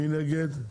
מי נגד?